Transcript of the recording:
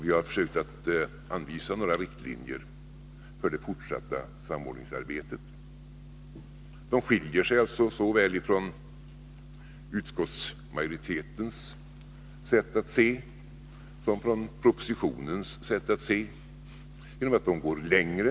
Vi har försökt att anvisa några riktlinjer för det fortsatta samordningsarbetet, som alltså skiljer sig såväl från utskottsmajoritetens sätt att se som från propositionens sätt att se genom att de går längre.